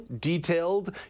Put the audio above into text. detailed